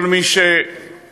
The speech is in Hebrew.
כל מי שחי,